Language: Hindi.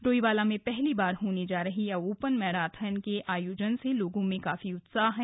डोईवाला मे पहली बार होने जा रही ओपन मैराथन के आयोजन से लोगों में उत्साह है